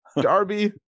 Darby